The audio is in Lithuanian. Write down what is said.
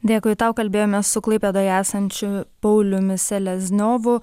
dėkui tau kalbėjomės su klaipėdoje esančiu pauliumi selezniovu